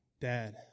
Dad